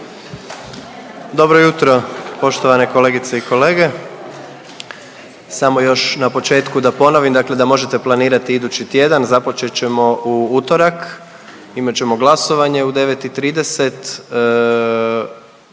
Dobro jutro poštovane kolegice i kolege. Samo još na početku da ponovim, dakle da možete planirati idući tjedan započeti ćemo u utorak. Imat ćemo glasovanje u 9